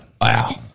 Wow